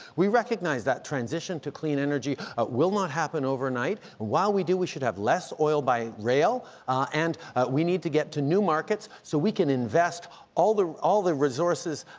we recognize that transition to clean energy will not happen overnight. and while we do, we should have less oil by rail and we need to get to new markets so we can invest all the all the resources,